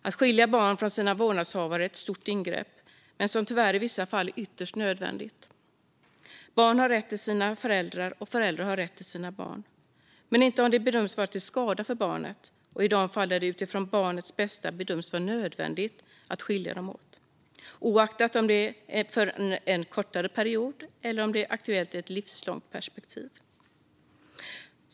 Att skilja barn från deras vårdnadshavare är ett stort ingrepp, men tyvärr är det i vissa fall ytterst nödvändigt. Barn har rätt till sina föräldrar, och föräldrar har rätt till sina barn - men inte om det bedöms vara till skada för barnet eller i de fall där det utifrån barnets bästa bedöms vara nödvändigt att skilja dem åt, oavsett om det gäller en kortare period eller om det är aktuellt i ett livslångt perspektiv.